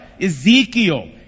Ezekiel